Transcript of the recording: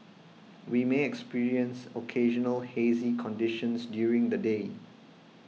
we may experience occasional hazy conditions during the day